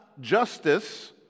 justice